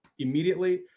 immediately